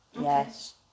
yes